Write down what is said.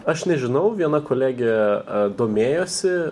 aš nežinau viena kolegė domėjosi